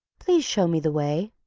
please show me the way.